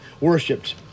worshipped